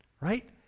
right